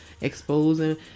exposing